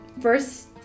first